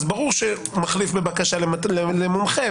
אז ברור שהוא מחליף בבקשה למומחה,